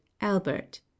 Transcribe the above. Albert